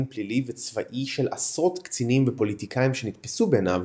פלילי וצבאי של עשרות קצינים ופוליטיקאים שנתפשו בעיניו